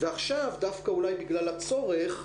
ועכשיו דווקא אולי בגלל הצורך,